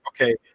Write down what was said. okay